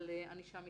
ענישה מצטברת.